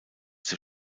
zur